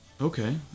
Okay